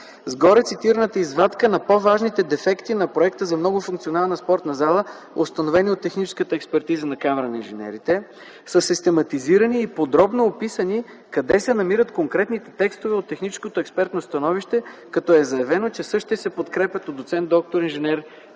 С горецитираната извадка на по-важните дефекти на проекта за Многофункционална спортна зала, установени от техническата експертиза на Камара на инженерите, са систематизирани и подробно описани къде се намират подробните текстове от техническото експертно становище като е заявено, че същите се подкрепят от доц. д-р инж.